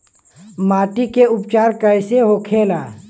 माटी के उपचार कैसे होखे ला?